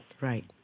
Right